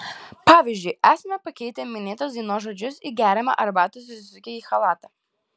pavyzdžiui esame pakeitę minėtos dainos žodžius į geriame arbatą susisukę į chalatą